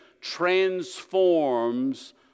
transforms